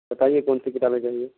بتائیے کون سی کتابیں چاہیے